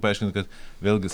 paaiškint kad vėlgis